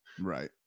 Right